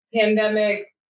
pandemic